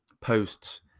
posts